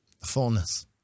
Fullness